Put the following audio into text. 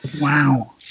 Wow